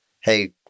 Hey